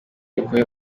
okoye